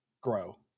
grow